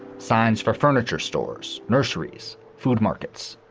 signs for furniture stores, nurseries, food markets,